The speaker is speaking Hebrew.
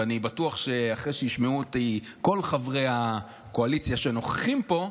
ואני בטוח שאחרי שישמעו אותי כל חברי הקואליציה שנוכחים פה,